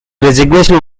resignation